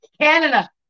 Canada